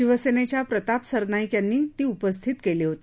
शिवसेनेच्या प्रताप सरनाईक यांनी ती उपस्थित केली होती